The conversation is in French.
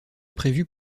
prévu